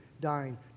dying